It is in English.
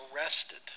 arrested